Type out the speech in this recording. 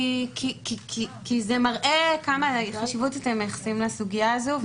כי זה מראה כמה חשיבות אתם מייחסים לסוגיה הזו,